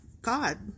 God